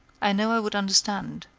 i know i would understand.